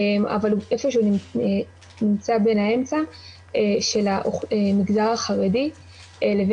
אבל הוא איפה שהוא נמצא באמצע בין המגזר החרדי לבין